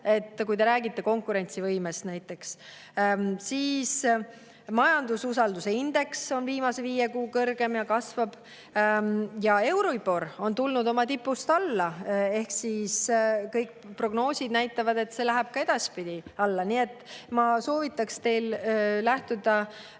räägite näiteks konkurentsivõimest. Siis, majandususalduse indeks on viimase viie kuu kõrgeim ja kasvab. Ja euribor on tulnud oma tipust alla ning kõik prognoosid näitavad, et see läheb ka edaspidi alla. Nii et ma soovitaks teil lähtuda